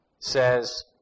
Says